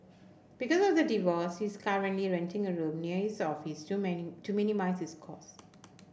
because of the divorce she is currently renting a room near his office to mini to minimise his costs